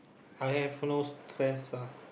I have no stress ah